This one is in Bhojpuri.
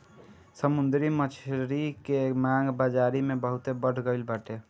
समुंदरी मछरी के मांग बाजारी में बहुते बढ़ गईल बाटे